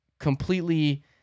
completely